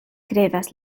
krevas